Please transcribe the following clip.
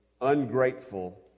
ungrateful